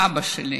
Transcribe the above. אבא שלי,